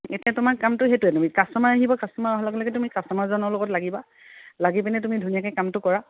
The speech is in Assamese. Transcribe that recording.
এতিয়া তোমাৰ কামটো সেইটোৱে তুমি কাষ্টমাৰ আহিব কাষ্টমাৰ অহাৰ লগে লগে তুমি কাষ্টমাৰজনৰ লগত লাগিবা লাগি পিনে তুমি ধুনীয়াকৈ কামটো কৰা